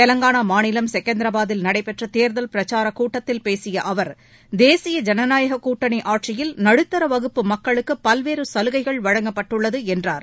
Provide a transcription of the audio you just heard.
தெவங்கானா மாநிலம் செகந்திரபாத்தில் நடைபெற்ற தேர்தல் பிரச்சாரக் கூட்டத்தில் பேசிய அவர் தேசிய ஐனநாயக கூட்டணி ஆட்சியில் நடுத்தர வகுப்பு மக்களுக்கு பல்வேறு சலுகைகள் வழங்கப்பட்டுள்ளது என்றார்